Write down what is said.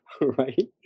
right